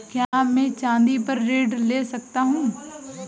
क्या मैं चाँदी पर ऋण ले सकता हूँ?